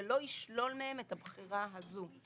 זה לא ישלול מהם את הבחירה הזו.